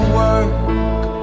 work